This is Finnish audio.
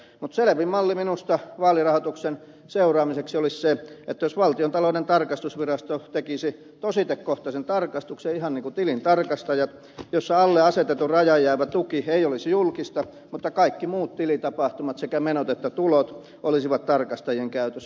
mutta selvin malli minusta vaalirahoituksen seuraamiseksi olisi se jos valtiontalouden tarkastusvirasto tekisi tositekohtaisen tarkastuksen ihan niin kuin tilintarkastajat jossa alle asetetun rajan jäävä tuki ei olisi julkista mutta kaikki muut tilitapahtumat sekä menot että tulot olisivat tarkastajien käytössä